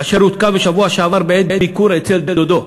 אשר הותקף בשבוע שעבר בעת ביקור אצל דודו,